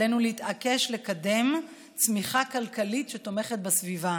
עלינו להתעקש לקדם צמיחה כלכלית שתומכת בסביבה.